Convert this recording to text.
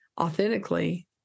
authentically